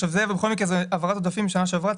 אבל זה בכל מקרה העברת עודפים משנה שעברה,